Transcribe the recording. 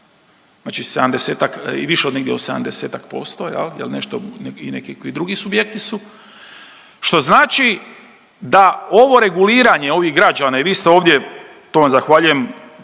i više od negdje od 70-ak posto, jel nešto i neki drugi subjekti su što znači da ovo reguliranje ovih građana i vi ste ovdje, to vam zahvaljujem,